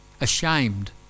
ashamed